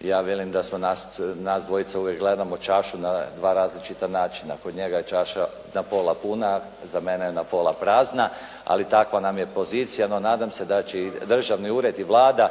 ja velim da smo nas dvojica uvijek gledamo čašu na dva različita načina. Kod njega je čaša na pola puna, za mene je na pola prazna. Ali takva nam je pozicija, no nadam se da će državni ured i Vlada